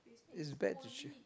it's bad to s~